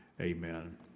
amen